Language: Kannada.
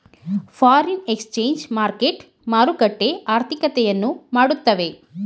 ಫಾರಿನ್ ಎಕ್ಸ್ಚೇಂಜ್ ಮಾರ್ಕೆಟ್ ಮಾರುಕಟ್ಟೆ ಆರ್ಥಿಕತೆಯನ್ನು ಮಾಡುತ್ತವೆ